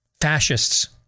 fascists